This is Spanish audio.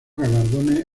galardones